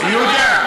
יהודה,